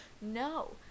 No